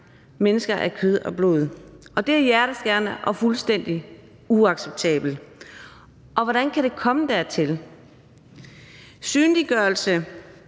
mennesker af kød og blod. Og det er hjerteskærende og fuldstændig uacceptabelt. Hvordan har det kunnet komme dertil? Synlig ledelse